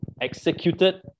executed